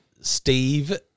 Steve